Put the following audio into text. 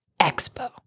Expo